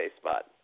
spot